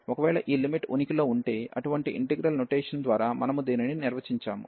ఒకవేళ ఈ లిమిట్ ఉనికిలో ఉంటే అటువంటి ఇంటిగ్రల్ నొటేషన్ ద్వారా మనము దీనిని నిర్వచించాము